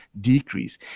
decrease